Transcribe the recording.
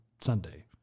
Sunday